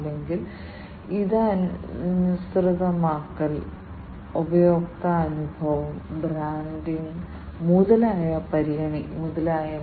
അതിനാൽ ഇവിടെ ഇത് ഒരു തരം ആണ് അതിനാൽ ഇവിടെ ഞാൻ നിങ്ങൾക്ക് മൂന്ന് വ്യത്യസ്ത സെൻസറുകൾ കാണിക്കും ഇവ മൂന്ന് വ്യത്യസ്ത ഗ്യാസ് സെൻസറുകളാണ്